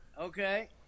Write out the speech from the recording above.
Okay